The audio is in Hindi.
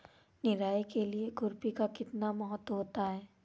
निराई के लिए खुरपी का कितना महत्व होता है?